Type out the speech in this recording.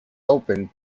opened